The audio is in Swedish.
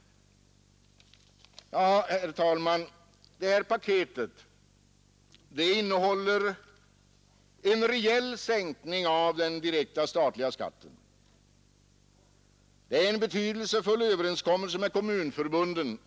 Jag tror att folk är klokare än många av dem som talar för dem här i kammaren.